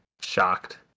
shocked